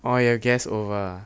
orh you have guests over ah